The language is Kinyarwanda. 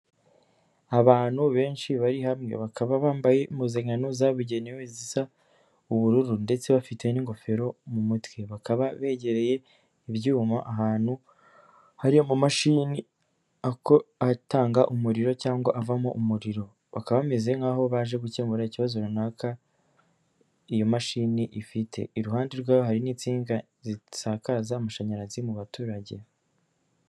Abantu benshi bari hamwe bakaba bambaye impuzankano zabugenewe zisa ubururu ndetse bafite n'ingofero mu mutwe, bakaba begereye ibyuma ahantu hari amamashini atanga umuriro cyangwa avamo umuriro, bakaba bameze nk'aho baje gukemura ikibazo runaka iyo mashini ifite, iruhande rwayo hari n'insinga zisakaza amashanyarazi mu baturage.